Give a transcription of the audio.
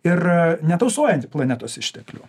ir netausojanti planetos išteklių